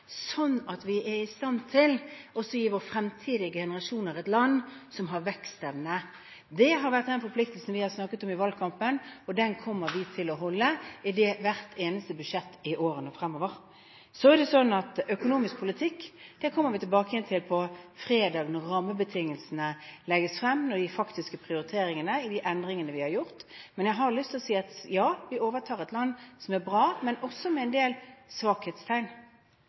at vi er i stand til å gi våre fremtidige generasjoner et land som har vekstevne. Det har vært den forpliktelsen vi har snakket om i valgkampen, og den kommer vi til å holde i hvert eneste budsjett i årene fremover. Økonomisk politikk kommer vi også tilbake til på fredag, når rammebetingelsene legges frem, med de faktiske prioriteringene i endringene vi har gjort. Men jeg har lyst å si: Ja, vi overtar et land som er bra, men som også har en del svakhetstegn.